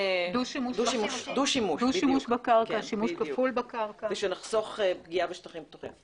דו שימוש בקרקע כדי שנחסוך פגיעה בשטחים פתוחים.